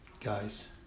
Guys